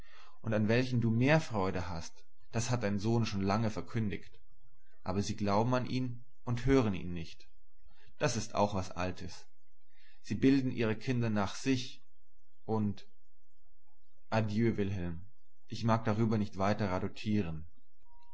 und an welchen du mehr freude hast das hat dein sohn schon lange verkündigt aber sie glauben an ihn und hören ihn nicht das ist auch was altes und bilden ihre kinder nach sich und adieu wilhelm ich mag darüber nicht